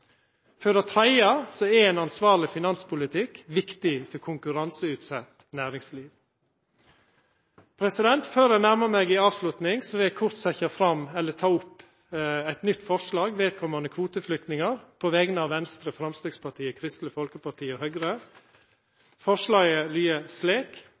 For det tredje er ein ansvarleg finanspolitikk viktig for konkurranseutsett næringsliv. Før eg nærmar meg ei avslutning, vil eg kort ta opp eit nytt forslag som gjeld kvoteflyktningar, på vegner av Venstre, Framstegspartiet, Kristeleg Folkeparti og